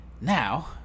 Now